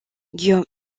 guillaume